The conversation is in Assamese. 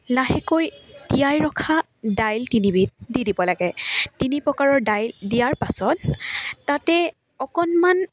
লাহেকৈ তিয়াই ৰখা দাইল তিনিবিধ দি দিব লাগে তিনি প্ৰকাৰৰ দাইল দিয়াৰ পাছত তাতে অকণমান